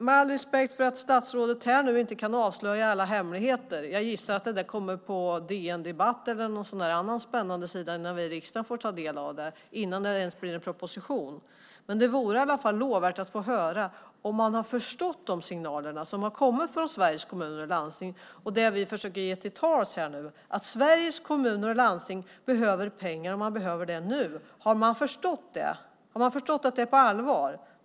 Med all respekt för att statsrådet här inte kan avslöja alla hemligheter - jag gissar att det kommer på DN Debatt eller någon annan spännande sida innan vi i riksdagen får ta del av det, innan det ens blir en proposition - vore det i alla fall lovvärt att få höra om man har förstått de signaler som har kommit från Sveriges Kommuner och Landsting. Vi försöker här tala för att Sveriges Kommuner och Landsting behöver pengar och att man behöver det nu. Har ni förstått det? Har ni förstått att det är på allvar?